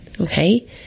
Okay